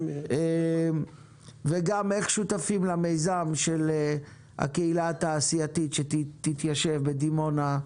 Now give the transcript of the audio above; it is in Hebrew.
וגם איך שותפים למיזם של הקהילה התעשייתית שתתיישב בדימונה,